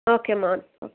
okay ಅಮ್ಮ okay